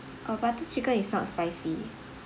uh butter chicken is not spicy